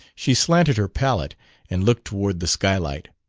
she slanted her palette and looked toward the skylight.